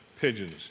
pigeons